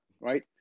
right